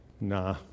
Nah